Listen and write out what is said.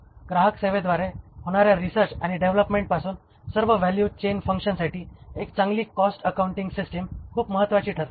ग्राहक सेवेद्वारे होणाऱ्या रिसर्च आणि डेव्हलपमेंट पासून सर्व व्हॅल्यू चेन फंक्शनसाठी एक चांगली कॉस्ट अकाउंटिंग सिस्टिम खूप महत्वाची ठरते